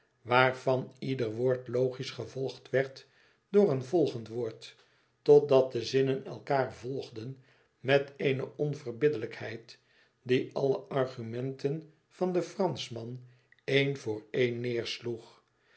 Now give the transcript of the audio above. waarvan ieder woord logisch gevolgd werd door een volgend woord totdat de zinnen elkaâr volgden met eene onverbiddelijkheid die alle argumenten van den franschman een voor een